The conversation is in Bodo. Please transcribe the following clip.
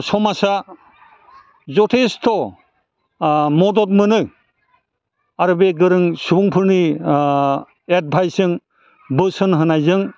समाजा जथेस्थ' मदद मोनो आरो बे गोरों सुबुंफोरनि एडभाइसजों बोसोन होनायजों